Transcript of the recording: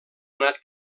anat